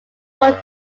pont